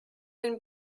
den